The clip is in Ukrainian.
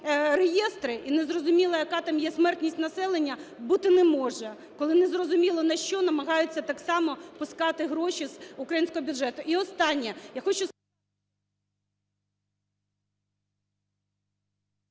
реєстри і незрозуміло, яка там є смертність населення, бути не може, коли незрозуміло на що намагаються так само пускати гроші з українського бюджету.